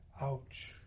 Ouch